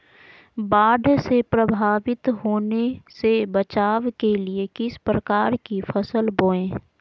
बाढ़ से प्रभावित होने से बचाव के लिए किस प्रकार की फसल बोए?